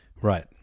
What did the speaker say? Right